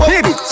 Baby